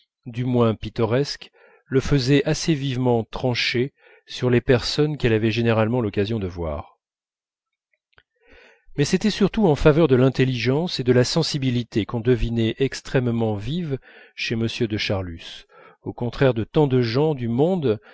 du moins pittoresques le faisaient assez vivement trancher sur les personnes qu'elle avait généralement l'occasion de voir mais c'était surtout en faveur de l'intelligence et de la sensibilité qu'on devinait extrêmement vives chez m de charlus au contraire de tant de gens du monde